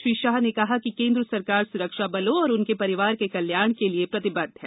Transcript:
श्री शाह ने कहा कि केंद्र सरकार सुरक्षा बलों और उनके परिवार के कल्याण के लिए प्रतिबद्ध है